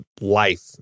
life